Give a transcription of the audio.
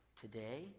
today